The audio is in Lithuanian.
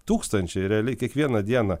tūkstančiai realiai kiekvieną dieną